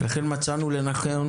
מצאנו לנכון,